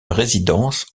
résidence